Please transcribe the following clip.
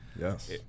Yes